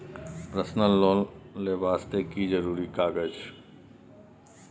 Personal loan ले वास्ते की जरुरी कागज?